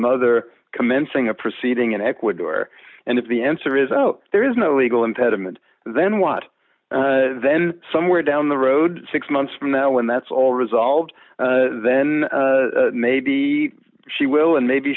mother commencing a proceeding in ecuador and if the answer is no there is no legal impediment then what then somewhere down the road six months from now when that's all resolved then maybe she will and maybe